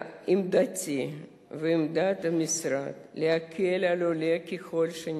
עמדתי ועמדת המשרד, להקל על עולה ככל שניתן.